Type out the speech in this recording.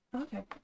okay